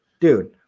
Dude